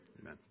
Amen